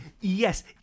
Yes